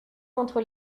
entre